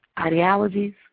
ideologies